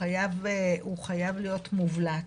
הוא חייב להיות מובלט.